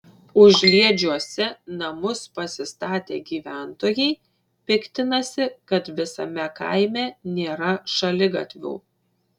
užliedžiuose namus pasistatę gyventojai piktinasi kad visame kaime nėra šaligatvių